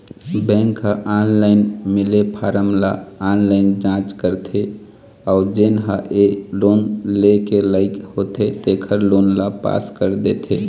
bank ह online मिले form ल ऑनलाईन जाँच करथे अउ जेन ह ए लोन लेय के लइक होथे तेखर लोन ल पास कर देथे